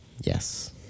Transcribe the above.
Yes